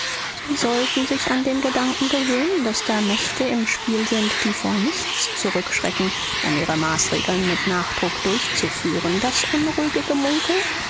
sie sollten sich an den gedanken gewöhnen daß da mächte im spiel sind die vor nichts zurückschrecken um ihre maßregeln mit nachdruck durchzuführen das unruhige gemunkel